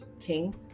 king